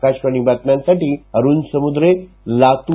आकाशवाणी बातम्यांसाठी अरूण समुद्रे लातूर